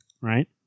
Right